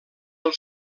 del